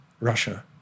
Russia